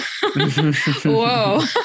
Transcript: whoa